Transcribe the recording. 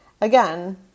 Again